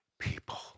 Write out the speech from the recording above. people